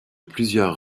plusieurs